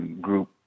group